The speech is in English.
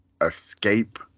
escape